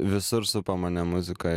visur supa mane muzika